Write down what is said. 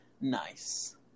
Nice